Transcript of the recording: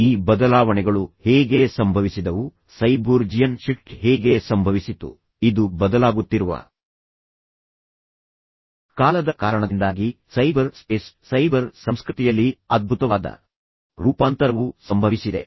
ಈ ಬದಲಾವಣೆಗಳು ಹೇಗೆ ಸಂಭವಿಸಿದವು ಸೈಬೋರ್ಜಿಯನ್ ಶಿಫ್ಟ್ ಹೇಗೆ ಸಂಭವಿಸಿತು ಇದು ಬದಲಾಗುತ್ತಿರುವ ಕಾಲದ ಕಾರಣದಿಂದಾಗಿ ಸೈಬರ್ ಸ್ಪೇಸ್ ಸೈಬರ್ ಸಂಸ್ಕೃತಿಯಲ್ಲಿ ಅದ್ಭುತವಾದ ರೂಪಾಂತರವು ಸಂಭವಿಸಿದೆ